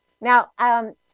Now